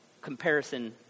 comparison